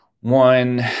one